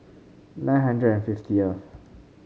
nine hundred and fifty